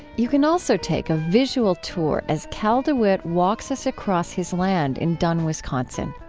you can also take a visual tour as cal dewitt walks us across his land in dunn, wisconsin.